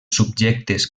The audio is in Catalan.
subjectes